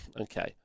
okay